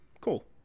Cool